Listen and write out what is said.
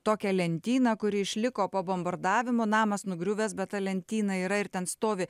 tokią lentyną kuri išliko po bombardavimo namas nugriuvęs bet ta lentyna yra ir ten stovi